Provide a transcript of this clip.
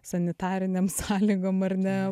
sanitarinėm sąlygom ar ne